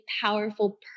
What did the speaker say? powerful